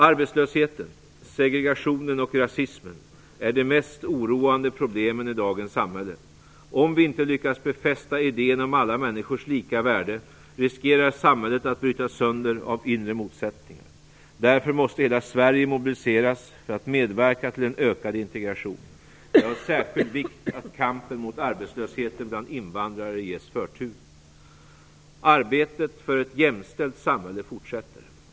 Arbetslösheten, segregationen och rasismen är de mest oroande problemen i dagens samhälle. Om vi inte lyckas befästa idén om alla människors lika värde riskerar samhället att brytas sönder av inre motsättningar. Därför måste hela Sverige mobiliseras för att medverka till en ökad integration. Det är av särskild vikt att kampen mot arbetslösheten bland invandrare ges förtur. Arbetet för ett jämställt samhälle fortsätter.